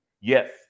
Yes